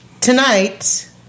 tonight